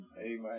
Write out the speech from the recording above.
Amen